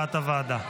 הוועדה.